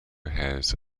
has